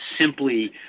simply